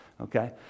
Okay